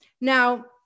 Now